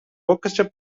worcester